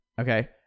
Okay